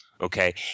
okay